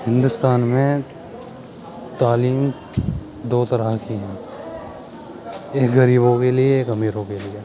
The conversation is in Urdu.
ہندوستان میں تعلیم دو طرح کی ہیں ایک غریبوں کے لیے ایک امیروں کے لیے